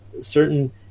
certain